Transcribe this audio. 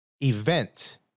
event